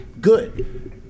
Good